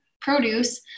produce